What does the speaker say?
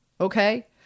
Okay